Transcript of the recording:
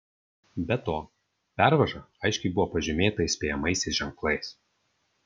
be to pervaža aiškiai buvo pažymėta įspėjamaisiais ženklais